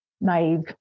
naive